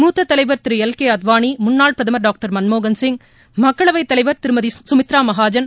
மூத்த தலைவர் திரு எல் கே அத்வானி முன்னாள் பிரதமர் டாக்டர் மன்மோகன் சிங் மக்களவைத் தலைவர் திருமதி சுமித்ரா மகாஜன்